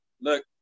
look